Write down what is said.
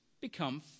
become